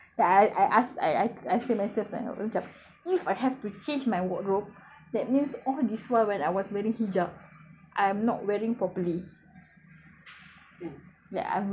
then if I have to change my whole wardrobe then I I ask I ask I say myself like macam if I have to change my wardrobe that means all these while when I was wearing hijab I am not wearing properly